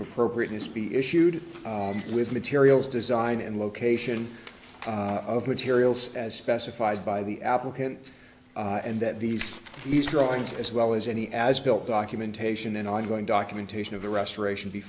appropriateness be issued with materials design and location of materials as specified by the applicant and that these drawings as well as any as built documentation and ongoing documentation of the restoration be